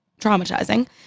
traumatizing